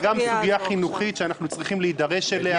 אני חושב שזו גם סוגיה חינוכית שאנחנו צריכים להידרש אליה.